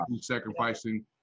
sacrificing